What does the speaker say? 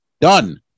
done